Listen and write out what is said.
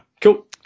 Cool